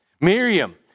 Miriam